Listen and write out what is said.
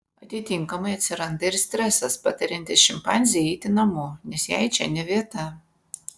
atitinkamai atsiranda ir stresas patariantis šimpanzei eiti namo nes jai čia ne vieta